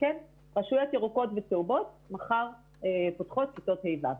רשויות ירוקות וצהובות מחר פותחות כיתות ה'-ו'.